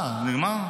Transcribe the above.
נגמר?